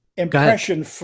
Impression